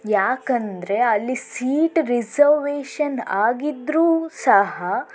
ಯಾಕೆಂದ್ರೆ ಅಲ್ಲಿ seat reservation ಆಗಿದ್ರೂ ಸಹ